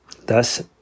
Thus